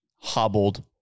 hobbled